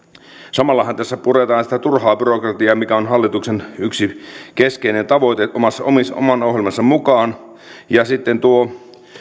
samallahan tässä puretaan sitä turhaa byrokratiaa mikä on hallituksen yksi keskeinen tavoite oman ohjelmansa mukaan